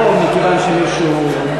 לא מכיוון שמישהו,